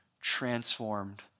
transformed